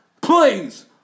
Please